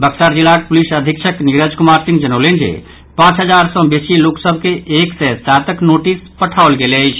बक्सर जिलाक पुलिस अधीक्षक नीरज कुमार सिंह जनौलनि जे पांच हजार सँ बेसी लोक सभ के एक सय सातक नोटिस पठाओल गेल अछि